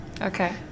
Okay